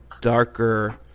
darker